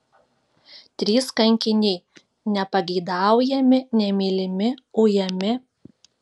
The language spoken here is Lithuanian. trys kankiniai nepageidaujami nemylimi ujami